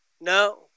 No